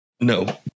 no